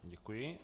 Děkuji.